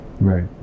right